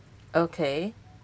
okay